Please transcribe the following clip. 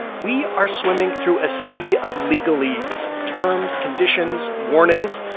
we are swimming through a sea of legalese terms, conditions, warnings.